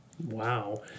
Wow